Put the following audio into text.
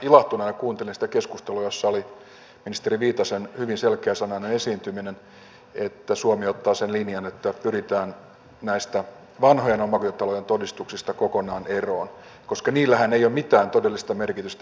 ilahtuneena kuuntelin sitä keskustelua jossa oli ministeri viitasen hyvin selkeäsanainen esiintyminen siitä että suomi ottaa sen linjan että pyritään näistä vanhojen omakotitalojen todistuksista kokonaan eroon koska niillähän ei ole mitään todellista merkitystä energian säästön kannalta